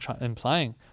implying